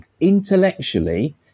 intellectually